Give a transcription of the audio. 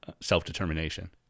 self-determination